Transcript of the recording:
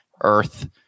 Earth